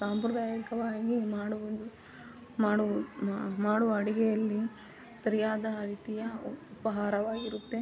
ಸಾಂಪ್ರದಾಯಿಕವಾಗಿ ಮಾಡುವುದು ಮಾಡುವು ಮಾಡುವ ಅಡುಗೆಯಲ್ಲಿ ಸರಿಯಾದ ರೀತಿಯ ಉಪಹಾರವಾಗಿರುತ್ತೆ